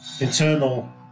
internal